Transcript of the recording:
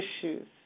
issues